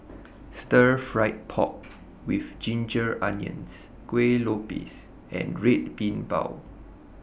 Stir Fried Pork with Ginger Onions Kueh Lopes and Red Bean Bao